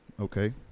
Okay